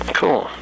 cool